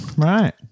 Right